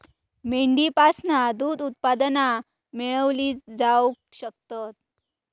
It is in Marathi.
मेंढीपासना दूध उत्पादना मेळवली जावक शकतत